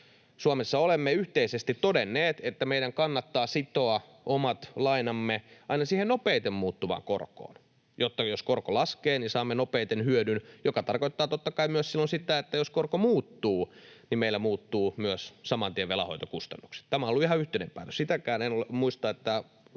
Suomessa olemme yhteisesti todenneet, että meidän kannattaa sitoa omat lainamme aina siihen nopeiten muuttuvaan korkoon, jotta jos korko laskee, saamme nopeiten hyödyn, mikä tarkoittaa totta kai myös silloin sitä, että jos korko muuttuu, meillä muuttuvat saman tien velanhoitokustannukset. Tämä on ollut ihan yhteinen päätös. Sitäkään en muista, että